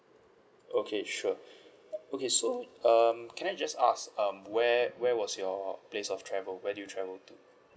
okay sure okay so um can I just ask um where where was your place of travel where do you travel to